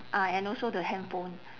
ah and also the handphone